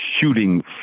shooting